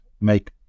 make